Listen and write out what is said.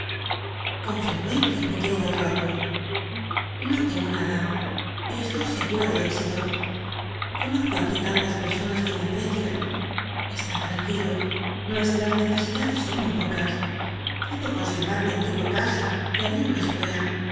con frecuencia mi quel'ido l'rotwood no temo nada y estoy segura del éxito conozco aquí tantas personas que me aprecian estad tranquilo nuestras necesidades son muy pocas puedo consel'var mi antigua casa y abrir una escuela